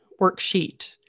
worksheet